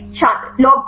छात्र लॉग पी